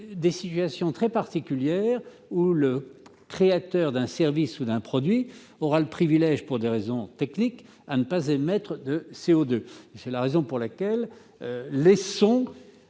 des situations très particulières, où le créateur d'un service ou d'un produit aura le privilège, pour des raisons techniques, de ne pas émettre de CO2. Laissons aux entreprises